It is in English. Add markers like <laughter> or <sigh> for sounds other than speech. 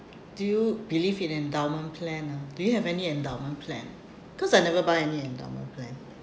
do you believe in endowment plan ah do you have any endowment plan cause I never buy any endowment plan <breath>